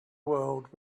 world